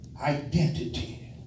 identity